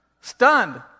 Stunned